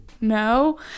no